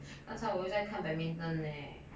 刚才我又在看 badminton leh